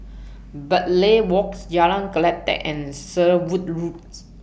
Bartley Walks Jalan Kledek and Sherwood Roads